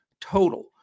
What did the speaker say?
total